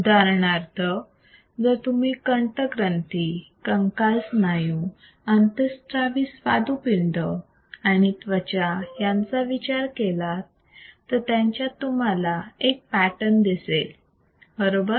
उदाहरणार्थ जर तुम्ही कंठग्रंथी कंकाल स्नायू अंतस्रावी स्वादुपिंड आणि त्वचा यांचा विचार केलात तर यांच्यात तुम्हाला एक पॅटर्न दिसेल बरोबर